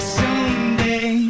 someday